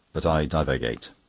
but i divagate.